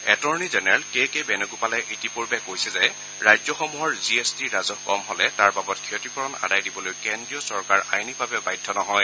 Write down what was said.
attorney general K K বেণুগোপালে ইতিপূৰ্বে কৈছিল যে ৰাজ্যসমূহৰ জি এছ টি ৰাজহ কম হলে তাৰ বাবদ ক্ষতিপুৰণ আদায় দিবলৈ কেন্দ্ৰীয় চৰকাৰ আইনীভাৱে বাধ্য নহয়